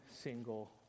single